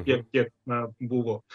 kiek kiek na buvo